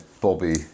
Bobby